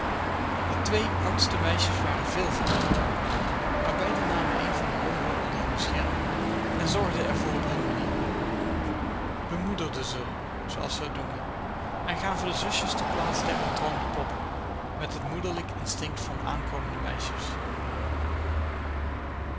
de twee oudste meisjes waren veel voor elkander maar beide namen een van de jongere onder hun bescherming en zorgden er voor op hun manier bemoederden ze zooals ze het noemden en gaven de zusjes de plaats der onttroonde poppen met het moederlijk instinct van aankomende meisjes